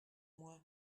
moi